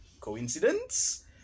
Coincidence